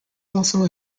also